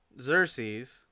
Xerxes